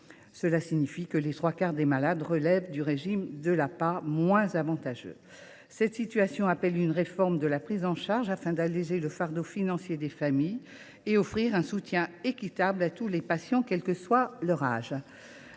termes, les trois quarts des malades relèvent du régime de l’APA, qui est moins avantageux. Cette situation appelle une réforme de la prise en charge afin d’alléger le fardeau financier des familles et d’offrir un soutien équitable à tous les patients, quel que soit leur âge.